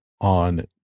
on